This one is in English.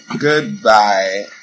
Goodbye